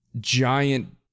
giant